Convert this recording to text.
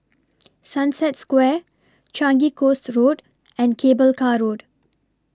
Sunset Square Changi Coast Road and Cable Car Road